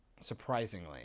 Surprisingly